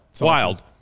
wild